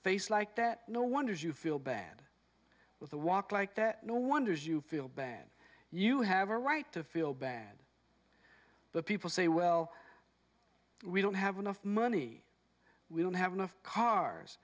face like that no wonder you feel bad with the walk like that no wonder you feel bad you have a right to feel bad but people say well we don't have enough money we don't have enough cars